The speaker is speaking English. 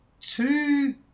two –